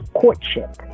courtship